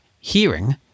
hearing